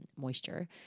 moisture